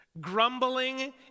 Grumbling